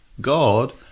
God